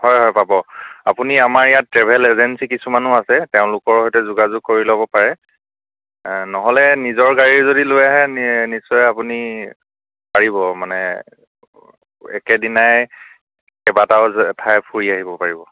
হয় হয় পাব আপুনি আমাৰ ইয়াত ট্ৰেভেল এজেঞ্চী কিছুমানো আছে তেওঁলোকৰ সৈতে যোগাযোগ কৰি ল'ব পাৰে নহ'লে নিজৰ গাড়ী যদি লৈ আহে নিশ্চয় আপুনি পাৰিব মানে একেদিনাই কেইবাটাও জা ঠাই ফুৰি আহিব পাৰিব